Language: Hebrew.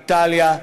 איטליה,